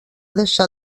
deixar